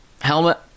Helmet